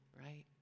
right